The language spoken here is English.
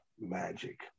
magic